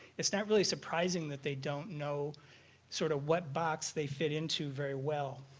it's not really surprising that they don't know sort of what box they fit into very well.